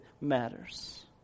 matters